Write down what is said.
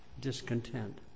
Discontent